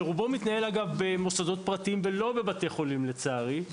שרובו מתנהל אגב במוסדות פרטים ולא בבתי חולים לצערי,